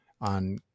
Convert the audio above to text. on